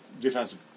defensive